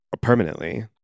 permanently